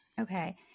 okay